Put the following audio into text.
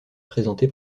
présenté